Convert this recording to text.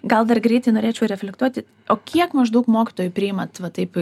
gal dar greitai norėčiau reflektuoti o kiek maždaug mokytojų priimat va taip